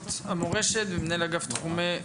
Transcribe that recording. מקצועות המורשת ומנהל אגף תחומי בחירה ורב תחומי.